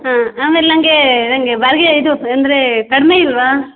ಹಾಂ ಆಮೇಲೆ ನನಗೆ ನನಗೆ ಬಾಡಿಗೆ ಇದು ಅಂದರೆ ಕಡಿಮೆ ಇಲ್ಲವಾ